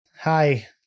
Hi